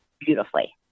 beautifully